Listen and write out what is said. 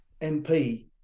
MP